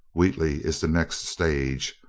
wheatley is the next stage,